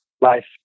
life